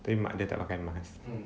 mak dia tak pakai mask